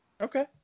Okay